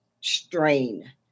strain